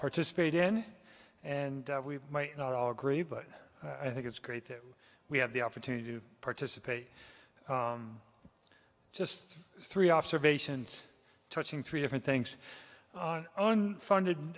participate in and we might not all agree but i think it's great that we have the opportunity to participate just three observations touching three different things on funded